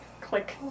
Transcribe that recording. click